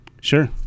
sure